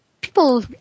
people